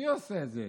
מי עושה את זה?